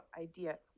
idea